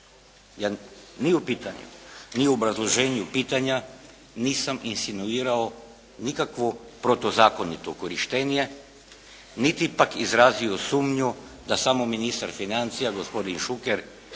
ni u pitanju, ni u obrazloženju pitanja nisam insinuirao nikakvo protuzakonito korištenje, niti pak izrazio sumnju da samo ministar financija gospodin Šuker